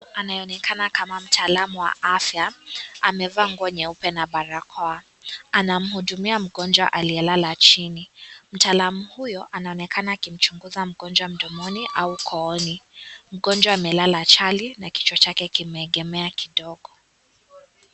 Anayeonekana kama mtaalamu wa afya. Amevaa nguo nyeupe na barakoa. Anamhudumia mgonjwa aliyelala chini. Mtaalamu huyo anaonekana akimchunguza mgonjwa mdomoni au kooni. Mgonjwa amelala chali na kichwa chake kimeegemea kidogo.